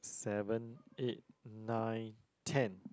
seven eight nine ten